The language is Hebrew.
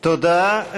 תודה.